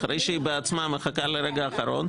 אחרי שהיא בעצמה מחכה לרגע האחרון,